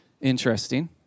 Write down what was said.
Interesting